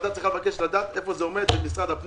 הוועדה צריכה לבקש לדעת איפה זה עומד במשרד הפנים.